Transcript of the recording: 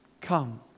Come